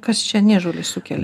kas čia niežulį sukelia